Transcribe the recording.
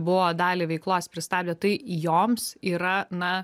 buvo dalį veiklos pristabdę tai joms yra na